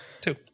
two